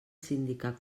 sindicar